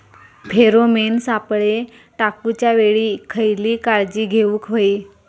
Pheromone सापळे टाकूच्या वेळी खयली काळजी घेवूक व्हयी?